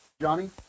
Johnny